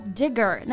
digger